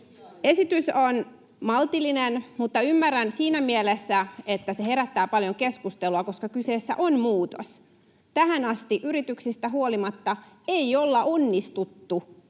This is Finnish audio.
Esitys on maltillinen, mutta ymmärrän siinä mielessä, että se herättää paljon keskustelua, koska kyseessä on muutos. Tähän asti yrityksistä huolimatta ei olla onnistuttu